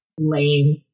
Lame